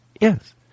Yes